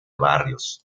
barrios